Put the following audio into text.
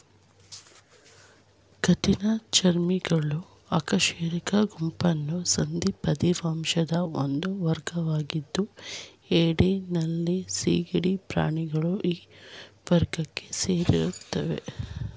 ಕಠಿಣ ಚರ್ಮಿಗಳು ಅಕಶೇರುಕ ಗುಂಪಿನ ಸಂಧಿಪದಿ ವಂಶದ ಒಂದು ವರ್ಗವಾಗಿದ್ದು ಏಡಿ ನಳ್ಳಿ ಸೀಗಡಿ ಪ್ರಾಣಿಗಳು ಈ ವರ್ಗಕ್ಕೆ ಸೇರ್ತವೆ